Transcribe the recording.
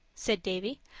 said davy,